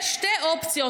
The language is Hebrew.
יש שתי אופציות.